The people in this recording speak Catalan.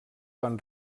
van